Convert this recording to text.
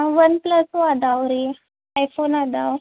ಒನ್ಪ್ಲಸ್ಸೂ ಅದಾವೆ ರೀ ಐಫೋನ್ ಅದಾವೆ